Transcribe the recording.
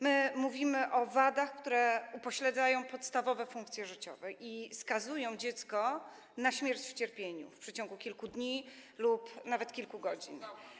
Mówimy o wadach, które upośledzają podstawowe funkcje życiowe i skazują dziecko na śmierć w cierpieniu w przeciągu kilku dni lub nawet kilku godzin.